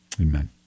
Amen